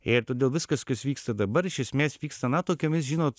ir todėl viskas kas vyksta dabar iš esmės vyksta na tokiomis žinot